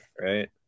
right